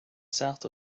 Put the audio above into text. south